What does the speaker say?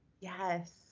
Yes